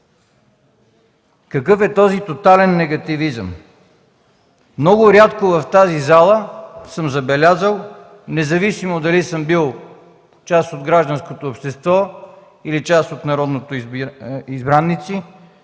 Какъв е този тотален негативизъм?! Много рядко в тази зала съм забелязал – независимо дали съм бил част от гражданското общество, или част от народните избраници